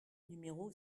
numéro